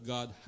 God